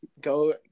Go